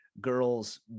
girls